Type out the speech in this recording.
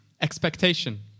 Expectation